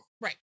right